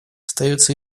остаются